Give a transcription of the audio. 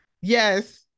Yes